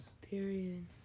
Period